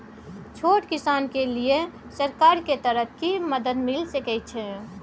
छोट किसान के लिए सरकार के तरफ कि मदद मिल सके छै?